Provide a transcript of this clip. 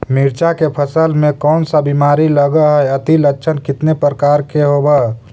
मीरचा के फसल मे कोन सा बीमारी लगहय, अती लक्षण कितने प्रकार के होब?